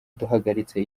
duhagaritse